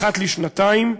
אחת לשנתיים.